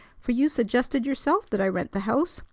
for you suggested yourself that i rent the house,